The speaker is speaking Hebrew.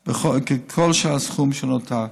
על כל הסכום שנותר.